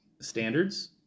standards